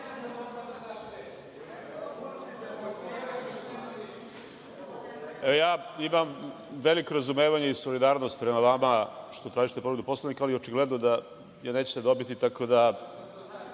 Imam veliko razumevanje i solidarnost prema vama što tražite povredu Poslovnika, ali očigledno da ga nećete dobiti tako da